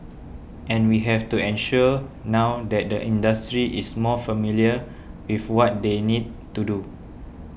and we have to ensure now that the industry is more familiar with what they need to do